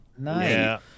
Nice